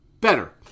better